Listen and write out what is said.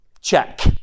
Check